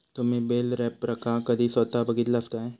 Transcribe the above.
तुम्ही बेल रॅपरका कधी स्वता बघितलास काय?